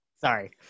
Sorry